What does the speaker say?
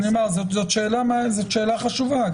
זאת שאלה חשובה.